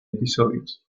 episodios